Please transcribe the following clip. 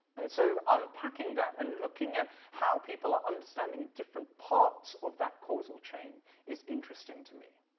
and so unpacking that and looking at how people are understanding different parts of that causal chain is interesting to me.